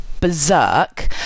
berserk